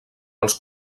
els